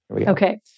Okay